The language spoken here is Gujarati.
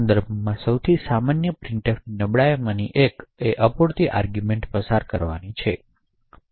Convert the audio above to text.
સંદર્ભમાં સૌથી સામાન્ય પ્રિંટફના નબળાઈઓમાંથી એક અપૂરતી આર્ગૂમેંટપસાર કરવાની છે